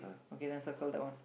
okay then circle that one